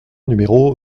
numéro